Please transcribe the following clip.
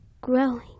growing